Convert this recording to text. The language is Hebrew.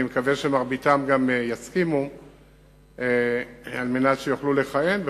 ואני מקווה שמרביתם יסכימו ויוכלו לכהן,